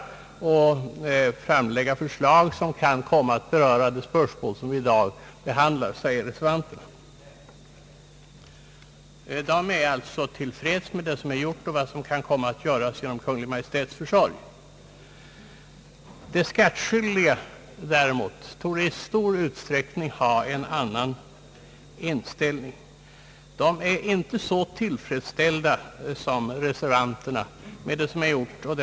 Där finns förslag som kan komma att beröra det nu aktuella spörsmålet, säger man, Majoriteten är alltså till freds med vad som gjorts och vad som kan komma att göras genom Kungl. Maj:ts försorg. De skattskyldiga däremot torde i stor utsträckning ha en annan inställning och är inte lika tillfredsställda.